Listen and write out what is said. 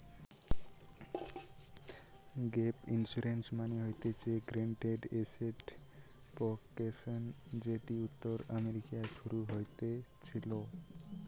gap insurance মানে হতিছে guaranteed asset protection যেটি উত্তর আমেরিকায় শুরু হতেছিলো